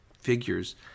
figures